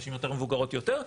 נשים יותר מבוגרות יותר,